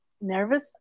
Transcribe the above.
nervous